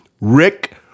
Rick